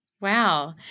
Wow